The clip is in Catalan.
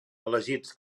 elegits